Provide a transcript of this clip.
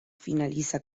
finaliza